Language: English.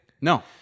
no